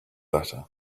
letter